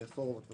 ברפורמות וכולי,